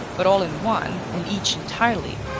but all in one, and each entirely,